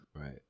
right